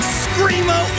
screamo